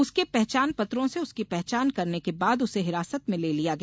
उसके पहचान पत्रों से उसकी पहचान करने के बाद उसे हिरासत में ले लिया गया